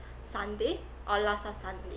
sunday or last last sunday